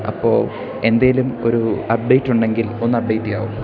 അപ്പോൾ എന്തെങ്കിലും ഒരു അപ്ഡേറ്റുണ്ടെങ്കിൽ ഒന്ന് അപ്ഡേറ്റ് ചെയ്യാമോ